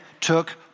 took